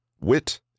Wit